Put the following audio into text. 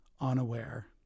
unaware